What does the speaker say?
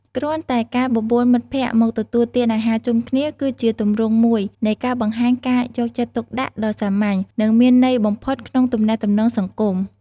គ្រាន់តែការបបួលមិត្តភក្តិមកទទួលទានអាហារជុំគ្នាគឺជាទម្រង់មួយនៃការបង្ហាញការយកចិត្តទុកដាក់ដ៏សាមញ្ញនិងមានន័យបំផុតក្នុងទំនាក់ទំនងសង្គម។